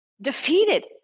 defeated